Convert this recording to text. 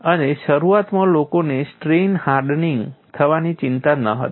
અને શરૂઆતમાં લોકોને સ્ટ્રેઇન હાર્ડનિંગ થવાની ચિંતા નહોતી